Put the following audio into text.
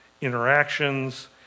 interactions